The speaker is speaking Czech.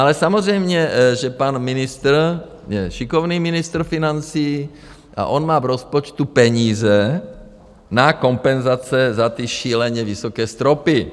Ale samozřejmě že pan ministr je šikovný ministr financí a on má v rozpočtu peníze na kompenzace za ty šíleně vysoké stropy.